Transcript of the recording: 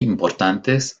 importantes